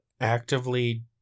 actively